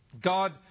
God